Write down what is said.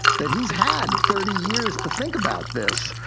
that he's had thirty years to think about this.